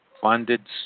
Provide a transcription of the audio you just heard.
funded